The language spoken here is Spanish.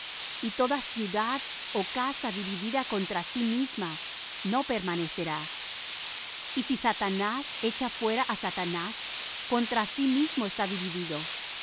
y toda ciudad ó casa dividida contra sí misma no permanecerá y si satanás echa fuera á satanás contra sí mismo está dividido